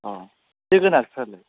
अ जोगोनारफ्रालाय